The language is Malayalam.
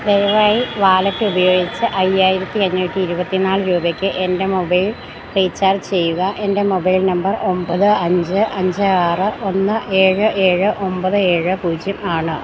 ദയവായി വാലറ്റ് ഉപയോഗിച്ച് അയ്യായിരത്തി അഞ്ഞൂറ്റി ഇരുപത്തിനാല് രൂപയ്ക്ക് എൻ്റെ മൊബൈൽ റീചാർജജ് ചെയ്യുക എൻ്റെ മൊബൈൽ നമ്പർ ഒൻപത് അഞ്ച് അഞ്ച് ആറ് ഒന്ന് ഏഴ് ഏഴ് ഒൻപത് ഏഴ് പൂജ്യം ആണ്